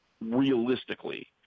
realistically